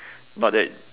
not that